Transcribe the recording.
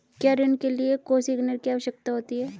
क्या ऋण के लिए कोसिग्नर की आवश्यकता होती है?